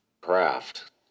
Craft